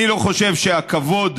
אני לא חושב שהכבוד,